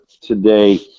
today